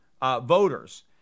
voters